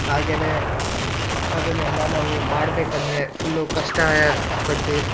ಹಾಗೆಯೇ ಅದನ್ನೆಲ್ಲ ನಾವು ಮಾಡಬೇಕಂದ್ರೆ ಫುಲ್ಲು ಕಷ್ಟ ಪಟ್ಟು